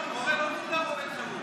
מורה לא מוגדר עובד חירום.